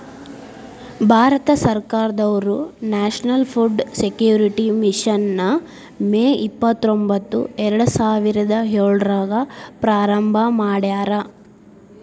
ಭಾರತ ಸರ್ಕಾರದವ್ರು national food security mission ನ May ಇಪ್ಪತ್ರೊಂಬತ್ತು ಎರಡುಸಾವಿರದ ಏಳ್ರಾಗ ಪ್ರಾರಂಭ ಮಾಡ್ಯಾರ